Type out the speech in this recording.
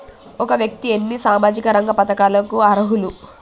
ఒక వ్యక్తి ఎన్ని సామాజిక రంగ పథకాలకు అర్హులు?